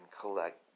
collect